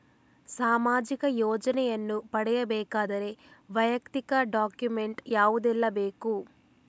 ಸಾಮಾಜಿಕ ಯೋಜನೆಯನ್ನು ಪಡೆಯಬೇಕಾದರೆ ವೈಯಕ್ತಿಕ ಡಾಕ್ಯುಮೆಂಟ್ ಯಾವುದೆಲ್ಲ ಬೇಕು?